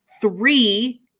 three